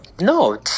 No